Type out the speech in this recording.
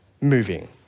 moving